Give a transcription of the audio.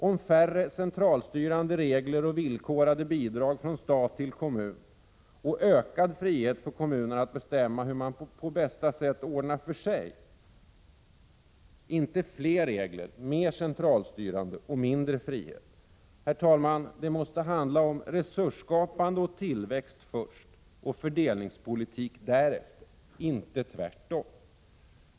Om färre centralstyrande regler och villkorade bidrag från stat till kommun och ökad frihet för kommunerna att bestämma hur de på bästa sätt ordnar för sig — inte fler regler, mer centralstyrande och mindre frihet. Herr talman! Det måste handla om resursskapande och tillväxt först och fördelningspolitik därefter — inte tvärtom.